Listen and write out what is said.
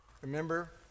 Remember